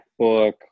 MacBook